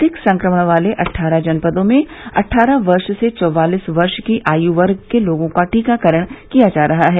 अधिक संक्रमण वाले अट्ठारह जनपदों में अट्ठारह वर्ष से चौवालीस वर्ष की आयु वर्ग के लोगों का टीकाकरण किया जा रहा है